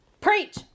Preach